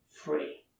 Free